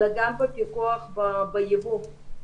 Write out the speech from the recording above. אלא גם בפיקוח בייבוא.